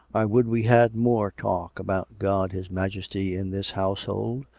i would we had more talk about god his majesty in this household,